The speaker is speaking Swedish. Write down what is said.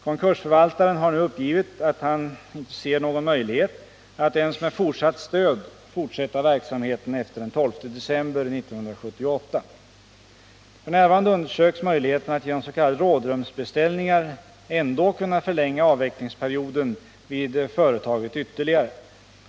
Konkursförvaltaren har nu uppgivit att han inte ser någon möjlighet att ens med fortsatt stöd fortsätta verksamheten efter den 12 december 1978. F. n. undersöks möjligheterna att genom s.k. rådrumsbeställningar ändå kunna förlänga avvecklingsperioden vid företaget ytterligare.